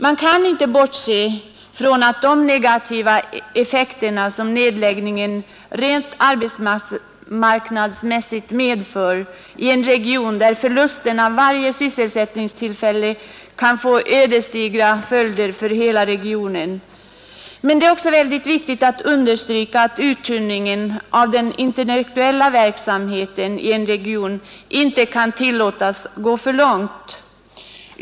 Man kan inte bortse från att de negativa effekter som nedläggningen av denna verksamhet rent arbetsmarknadsmässigt medför i en region där förlusterna vid varje upphörande sysselsättningstillfälle kan få ödesdigra följder för hela regionen. Men det är också mycket viktigt att understryka att uttunningen av den intellektuella verksamheten i en region inte kan tillåtas gå alltför långt.